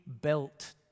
built